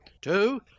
Two